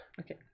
okay